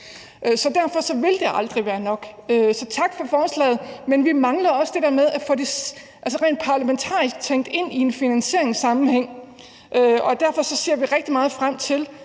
Derfor vil det aldrig være nok. Så tak for forslaget. Men vi mangler også det der med at få det rent parlamentarisk tænkt ind i en finansieringssammenhæng, og derfor ser vi rigtig meget frem til,